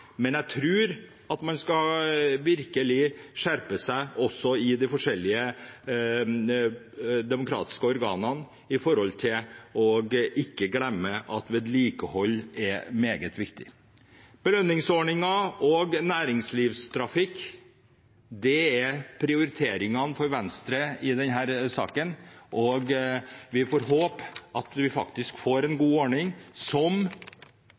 men jeg tror man virkelig må skjerpe seg i de forskjellige demokratiske organene for ikke å glemme at vedlikehold er meget viktig. Belønningsordninger og næringslivstrafikk er prioriteringene for Venstre i denne saken, og vi får håpe at vi får en god ordning, som